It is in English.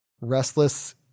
restless